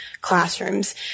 classrooms